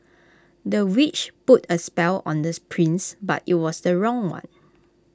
the witch put A spell on the prince but IT was the wrong one